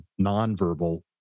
nonverbal